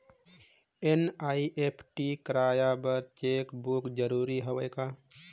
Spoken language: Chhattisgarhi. एन.ई.एफ.टी कराय बर चेक बुक जरूरी हवय का?